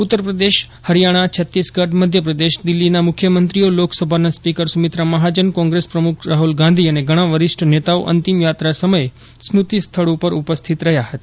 ઉત્તરપ્રદેશ હરિયાણા છત્તીસગડ મધ્યપ્રદેશ દિલ્હીના મુખ્યમંત્રીઓ લોકસભાના સ્પીકર સુમિત્રા મહાજન કોંત્રેસ પ્રમુખ રાહુલ ગાંધી અને ઘણાં વરિષ્ઠ નેતાઓ અંતિય યાત્રા સમયે સ્મૂતિ સ્થળ ઉપર ઉપસ્થિત રહ્યા હેતા